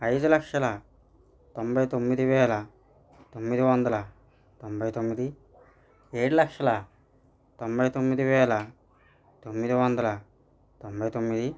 ఐదు లక్షల తొంభై తొమ్మిది వేల తొమ్మిది వందల తొంభై తొమ్మిది ఏడు లక్షల తొంభై తొమ్మిది వేల తొమ్మిది వందల తొంభై తొమ్మిది